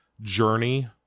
journey